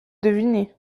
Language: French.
deviné